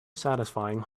satisfying